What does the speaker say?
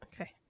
okay